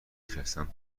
نشستن